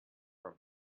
from